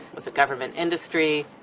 was it government, industry?